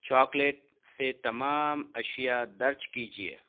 chocolate سے تمام اشیاء درج کیجیے